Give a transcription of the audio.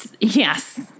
Yes